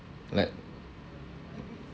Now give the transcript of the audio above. like